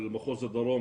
על מחוז הדרום,